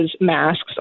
masks